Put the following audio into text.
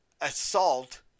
assault